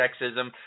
sexism